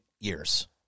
years